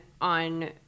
on